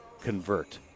convert